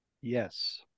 Yes